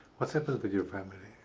what happened to your family?